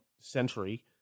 century